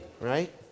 right